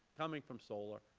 coming from solar,